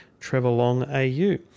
TrevorLongAU